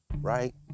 right